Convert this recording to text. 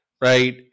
right